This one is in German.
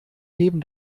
heben